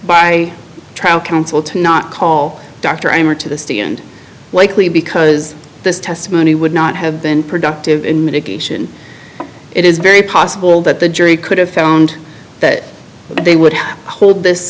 by trial counsel to not call dr ammar to the stand likely because this testimony would not have been productive in mitigation it is very possible that the jury could have found that they would hold this